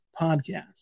podcast